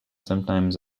sometimes